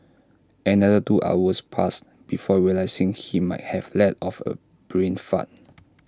another two hours passed before realising he might have let off A brain fart